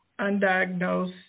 undiagnosed